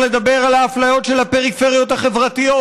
לדבר על האפליות של הפריפריות החברתיות,